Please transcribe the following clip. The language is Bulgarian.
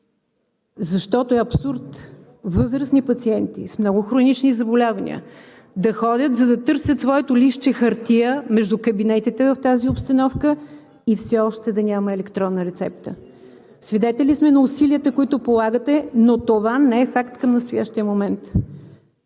защото е абсурд възрастни пациенти с много хронични заболявания да ходят, за да търсят своето листче хартия между кабинетите в тази обстановка и все още да няма електронна рецепта. Свидетели сме на усилията, които полагате, но това не е факт към настоящия момент.